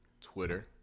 Twitter